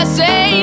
say